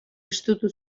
estutu